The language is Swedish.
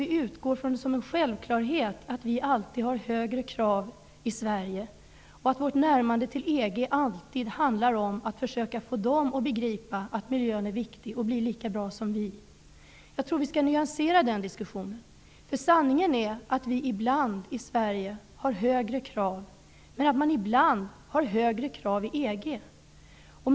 Vi utgår liksom från självklarheten att vi i Sverige alltid har högre krav och att Sveriges närmande till EG alltid handlar om att försöka få andra länder att begripa att miljön är viktig, för att få dem att bli lika duktiga som vi. Jag tror vi bör nyansera den diskussionen. Sanningen är nämligen att vi i Sverige ibland har högre krav, men att man ibland har högre krav i EG.